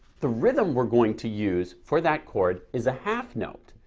the rhythm we're going to use for that chord is a half note.